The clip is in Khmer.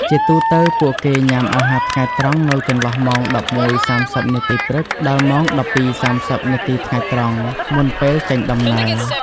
ជាទូទៅ ពួកគេ ញ៉ាំអាហារថ្ងៃត្រង់ នៅចន្លោះម៉ោង ១១:៣០ នាទីព្រឹក ដល់ម៉ោង ១២:៣០ នាទីថ្ងៃត្រង់ មុនពេលចេញដំណើរ។